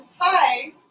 Hi